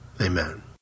Amen